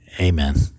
Amen